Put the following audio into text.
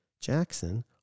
Jackson